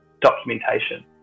documentation